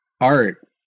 art